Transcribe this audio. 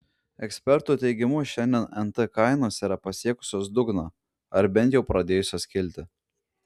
ekspertų teigimu šiandien nt kainos yra pasiekusios dugną ar bent jau pradėjusios kilti